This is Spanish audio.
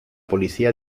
policía